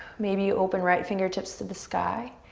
maybe you open right fingertips to the sky.